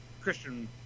Christian